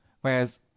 Whereas